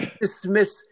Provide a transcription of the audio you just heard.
dismiss